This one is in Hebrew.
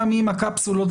גם עם הקפסולות,